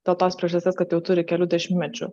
to tos priežasties kad jau turi kelių dešimtmečių